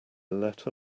let